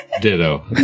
Ditto